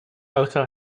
also